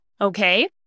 Okay